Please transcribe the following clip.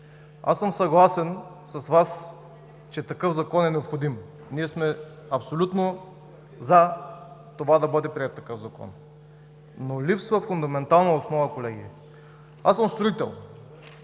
Аз съм съгласен с Вас, че такъв закон е необходим. Ние сме абсолютно „за“ това да бъде приет, но липсва фундаментална основа, колеги. Аз съм строител.